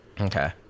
Okay